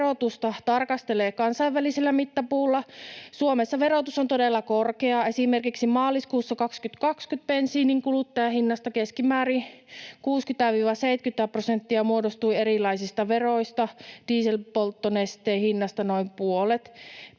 verotusta tarkastelee kansainvälisellä mittapuulla, Suomessa verotus on todella korkeaa. Esimerkiksi maaliskuussa 2020 bensiinin kuluttajahinnasta keskimäärin 60—70 prosenttia muodostui erilaisista veroista, dieselpolttonesteen hinnasta noin puolet.